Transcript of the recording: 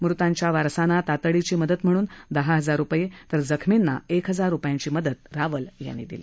मृताच्या वारसांना तातडीची मदत म्हणून दहा हजार रुपये तर जखमींना एक हजार रुपयांची मदत रावल यांनी दिली